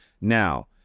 Now